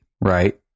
right